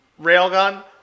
Railgun